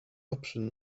option